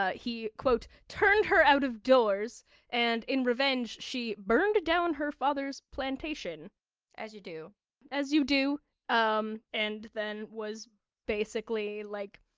ah he, quote turned her out of doors and in revenge she burned down her father's plantation as you do as you do um and then was basically, like,